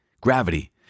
gravity